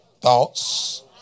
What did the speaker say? Thoughts